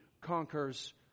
conquers